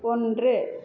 ஒன்று